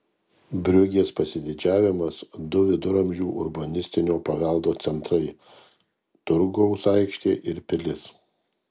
briugės pasididžiavimas du viduramžių urbanistinio paveldo centrai turgaus aikštė ir pilis